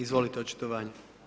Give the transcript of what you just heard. Izvolite, očitovanje.